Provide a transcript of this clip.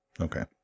okay